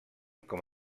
com